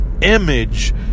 image